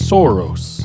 Soros